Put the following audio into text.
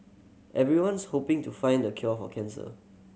everyone's hoping to find the cure for cancer